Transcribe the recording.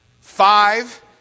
Five